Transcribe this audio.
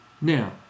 now